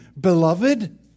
beloved